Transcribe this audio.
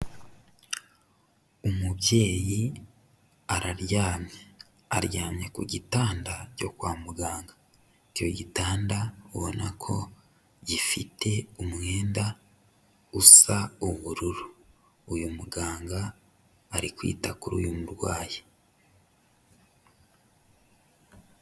Umubyeyi araryamye, aryamye ku gitanda cyo kwa muganga, icyo gitanda ubona ko gifite umwenda usa ubururu, uyu muganga ari kwita kuri uyu murwayi.